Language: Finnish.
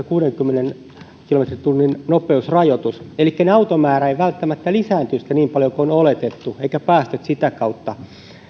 kuudenkymmenen kilometritunnin nopeusrajoitus elikkä automäärä ei välttämättä lisääntyisi sitten niin paljon kuin on oletettu eivätkä päästöt sitä kautta